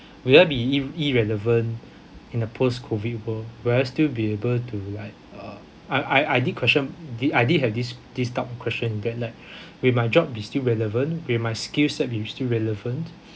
will I be ir~ irrelevant in a post COVID world will I still be able to like uh I I I did question I did have this this type of question in that like will my job be still relevant will my skill set be still relevant